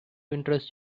interest